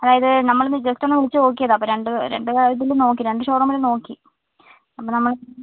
അതായത് നമ്മൾ ഇന്ന് ജസ്റ്റ് ഒന്ന് വിളിച്ച് നോക്കിയതാണ് അപ്പോൾ രണ്ട് രണ്ട് ഇതിൽ നോക്കി രണ്ട് ഷോറൂമിൽ നോക്കി അപ്പോൾ നമ്മൾ